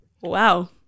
wow